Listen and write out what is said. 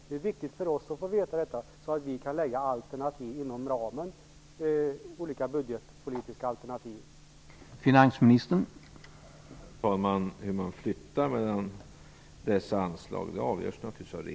Det är viktigt för oss att få veta detta så att vi kan lägga fram budgetpolitiska alternativ som ligger inom ramen.